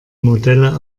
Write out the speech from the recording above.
modelle